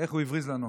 איך הוא הבריז לנו,